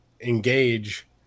engage